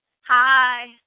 Hi